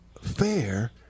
fair